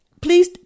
Please